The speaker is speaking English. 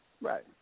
Right